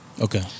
Okay